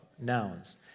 nouns